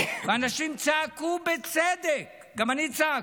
ואנשים צעקו בצדק, גם אני צעקתי,